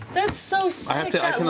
that's so sick,